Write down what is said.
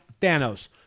Thanos